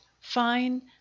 fine